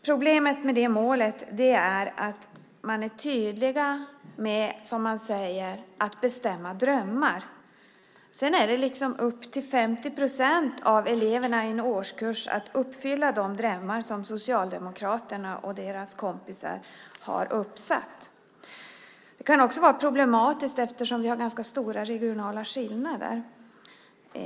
Problemet med det målet är att man är tydlig med att, som man säger, bestämma drömmar, sedan är det upp till 50 procent av eleverna i en årskurs att uppfylla de drömmar som Socialdemokraterna och deras kompisar har satt upp. Det kan också vara problematiskt eftersom vi har ganska stora regionala skillnader.